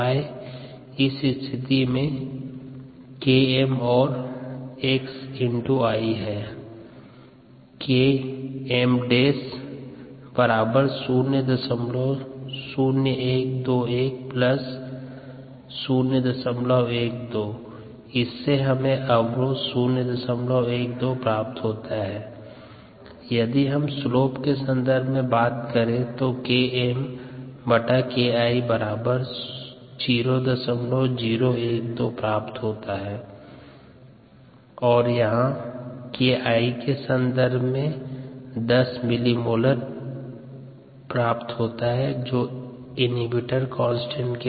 y इस स्थिति में Km और x I है Km' 0012 I 012 अवरोध Km 012 समीकरण से ∴slope KmKI0012 Km0012 KI 012001210mM inhibitor constant